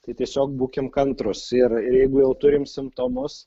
tai tiesiog būkim kantrūs ir ir jeigu jau turim simptomus